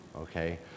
okay